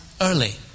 early